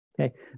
Okay